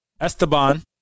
Esteban